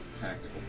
tactical